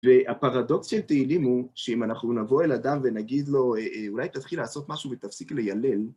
והפרדוקס של תהילים הוא שאם אנחנו נבוא אל אדם ונגיד לו אולי תתחיל לעשות משהו ותפסיק לילל,